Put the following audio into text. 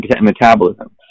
metabolism